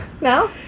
No